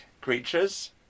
creatures